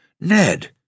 Ned